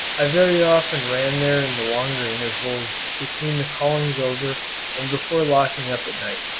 i very often ran there in the longer intervals between the callings over and before locking up at night.